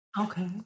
Okay